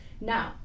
Now